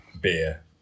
beer